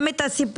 גם את הסיפוח,